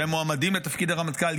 שהם מועמדים לתפקיד הרמטכ"ל,